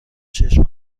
چشم